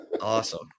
awesome